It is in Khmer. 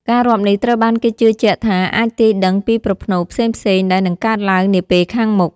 ការរាប់នេះត្រូវបានគេជឿជាក់ថាអាចទាយដឹងពីប្រផ្នូលផ្សេងៗដែលនឹងកើតឡើងនាពេលខាងមុខ។